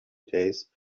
days